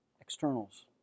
externals